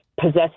possess